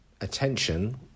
attention